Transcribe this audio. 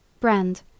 Brand